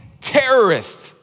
terrorist